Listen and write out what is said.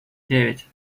девять